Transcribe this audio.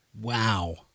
Wow